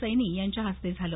सैनी यांच्या हस्ते झालं